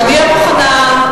בתנאי שהוא יסכים.